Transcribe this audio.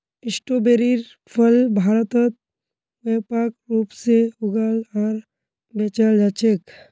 स्ट्रोबेरीर फल भारतत व्यापक रूप से उगाल आर बेचाल जा छेक